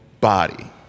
body